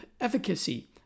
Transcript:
efficacy